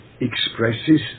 expresses